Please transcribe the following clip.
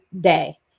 day